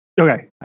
Okay